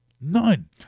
None